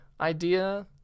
idea